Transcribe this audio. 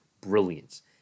brilliance